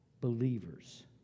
believers